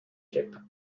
trip